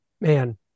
Man